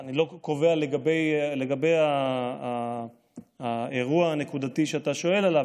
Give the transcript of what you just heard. אני לא קובע לגבי האירוע הנקודתי שאתה שואל עליו,